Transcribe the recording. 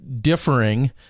differing